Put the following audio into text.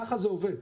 ככה זה עובד.